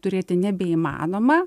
turėti nebeįmanoma